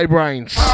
Brains